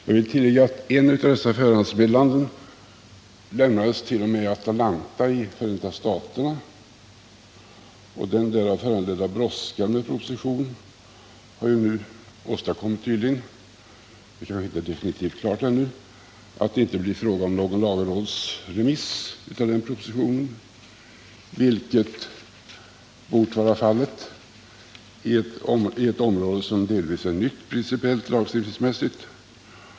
Jag vill tillägga att ett av dessa förhandsmeddelanden t.o.m. lämnades i Atlanta i Förenta staterna, och den därav föranledda brådskan med propositionen har ju nu tydligen åtstadkommit — men det kanske inte är definitivt klart ännu — att det inte blir någon lagrådsremiss av den propositionen, vilket bort vara fallet på ett område som delvis är nytt principiellt lagstiftningsmässigt.